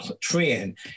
trend